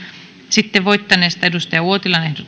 sitten voittaneesta kari uotilan ehdotusta